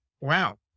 Wow